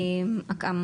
כבוד היושב ראש.